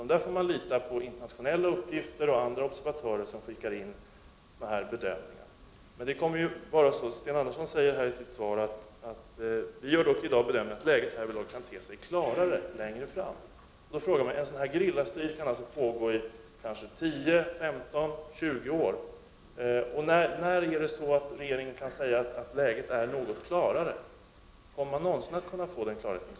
Här får man lita på internationella uppgifter eller bedömningar som skickas in från andra observatörer. Sten Andersson säger i sitt svar: ”Vi gör dock i dag bedömningen att läget härvidlag kan te sig klarare längre fram.” Sådana här gerillastrider kan pågå i kanske 10, 15, eller 20 år. När kan regeringen säga att läget är något klarare? Kommer man någonsin att få den klarheten?